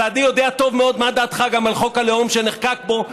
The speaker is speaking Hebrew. ואני יודע טוב מאוד מה דעתך גם על חוק הלאום שנחקק פה,